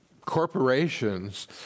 corporations